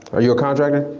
are you a contractor?